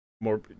More